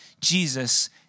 Jesus